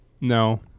No